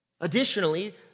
Additionally